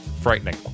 frightening